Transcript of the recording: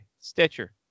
stitcher